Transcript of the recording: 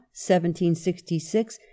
1766